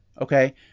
Okay